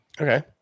Okay